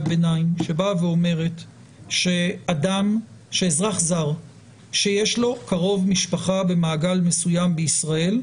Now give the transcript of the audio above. ביניים שבאה ואומרת שאזרח זר שיש לו קרוב משפחה במעגל מסוים בישראל,